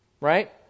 right